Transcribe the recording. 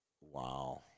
Wow